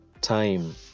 time